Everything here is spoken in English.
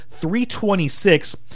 326